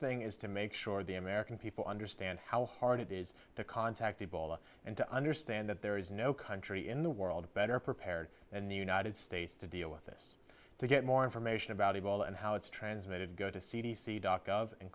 thing is to make sure the american people understand how hard it is to contact people and to understand that there is no country in the world better prepared than the united states to deal with this to get more information about ebola and how it's transmitted go to c d c doc of and